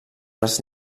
les